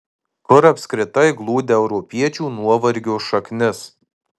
kur apskritai glūdi europiečių nuovargio šaknis